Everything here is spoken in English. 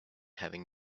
having